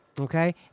Okay